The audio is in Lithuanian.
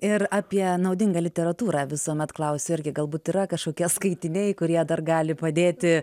ir apie naudingą literatūrą visuomet klausiu irgi galbūt yra kažkokie skaitiniai kurie dar gali padėti